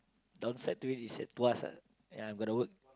downside to it is it's at Tuas ah and I'm gonna work